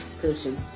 person